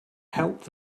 helped